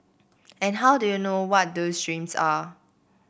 and how do you know what those dreams are